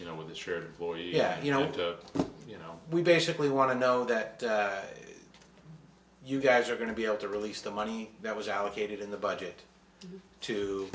you know with your well yeah you know you know we basically want to know that you guys are going to be able to release the money that was allocated in the budget to